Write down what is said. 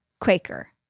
Quaker